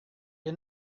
you